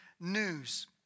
news